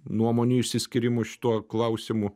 nuomonių išsiskyrimų šituo klausimu